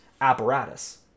apparatus